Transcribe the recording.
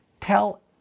tell